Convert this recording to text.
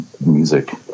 music